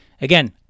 again